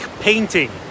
painting